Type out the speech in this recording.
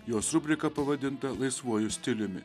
jos rubrika pavadinta laisvuoju stiliumi